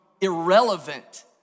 irrelevant